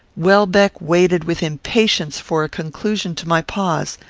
welbeck waited with impatience for a conclusion to my pause.